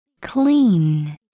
Clean